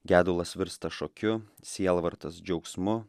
gedulas virsta šokiu sielvartas džiaugsmu